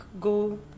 go